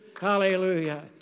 Hallelujah